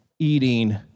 eating